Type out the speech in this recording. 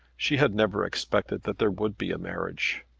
she had never expected that there would be a marriage.